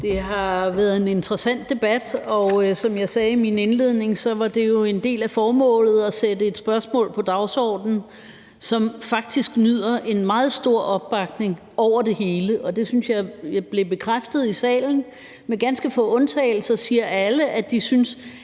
Det har været en interessant debat, og som jeg sagde i min indledning, var det jo en del af formålet at sætte et spørgsmål på dagsordenen, som faktisk nyder en meget stor opbakning over det hele. Det synes jeg blev bekræftet i salen. Med ganske få undtagelser siger alle, at de synes,